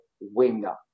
winger